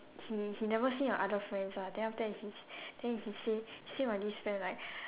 he he never say my other friends ah then after that he then he say he say my this friend like